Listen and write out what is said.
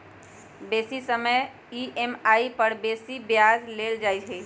बेशी समय के ई.एम.आई पर बेशी ब्याज लेल जाइ छइ